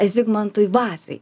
zigmantui vazai